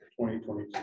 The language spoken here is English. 2022